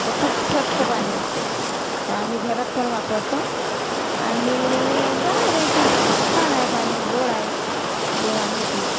तो खूप स्वच्छ पाणी असते तर आम्ही घरात पण वापरतो आणि बाहेरही खूप छान आहे पाणी गोड आहे पेवासाठी